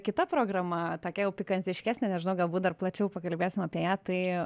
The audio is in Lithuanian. kita programa tokia jau pikantiškesnė nežinau galbūt dar plačiau pakalbėsim apie ją tai